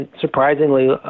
surprisingly